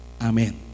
Amen